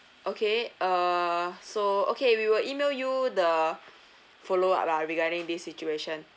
okay uh so okay we will email you the follow up lah regarding this situation